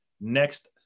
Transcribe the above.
next